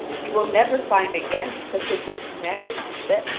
you will never find again such a rich marriage as this